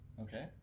Okay